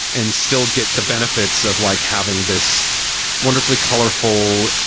and still get the benefits of like having this wonderfully colorful,